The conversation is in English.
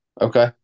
Okay